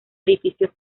edificios